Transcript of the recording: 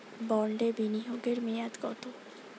বন্ডে বিনিয়োগ এর মেয়াদ কত?